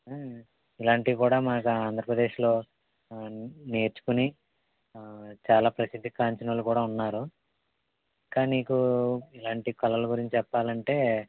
ఇలాంటివి కూడా మనకు ఆంధ్రప్రదేశ్లో ఆ నేర్చుకుని ఆ చాలా ప్రసిద్దిగాంచిన వాళ్ళు కూడా ఉన్నారు ఇంకా నీకు ఇలాంటి కళలు గురించి చెప్పాలంటే